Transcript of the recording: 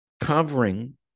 covering